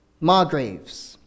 Margraves